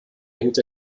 erhielt